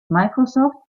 microsoft